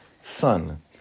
son